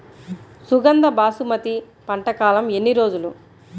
సుగంధ బాసుమతి పంట కాలం ఎన్ని రోజులు?